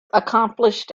accomplished